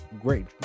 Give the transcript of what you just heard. great